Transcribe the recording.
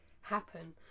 happen